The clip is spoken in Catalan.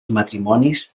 matrimonis